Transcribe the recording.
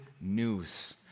news